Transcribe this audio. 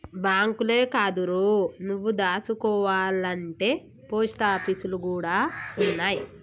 బాంకులే కాదురో, నువ్వు దాసుకోవాల్నంటే పోస్టాపీసులు గూడ ఉన్నయ్